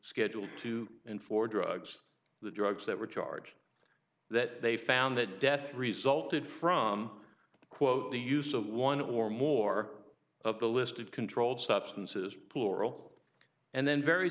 schedule two and four drugs the drugs that were charged that they found that death resulted from quote the use of one or more of the listed controlled substances plural and then very